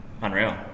Unreal